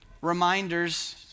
Reminders